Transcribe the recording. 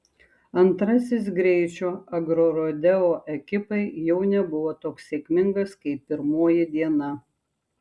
antrasis greičio agrorodeo ekipai jau nebuvo toks sėkmingas kaip pirmoji diena